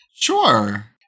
Sure